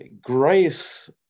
grace